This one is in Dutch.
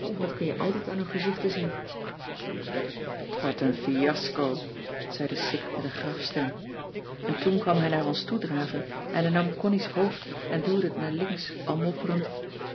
dat kun je altijd aan hun gezichten zien t wordt een fiasco zei de sik met een grafstem en toen kwam hij naar ons toe draven en hij nam connie's hoofd en duwde het naar links